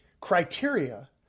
criteria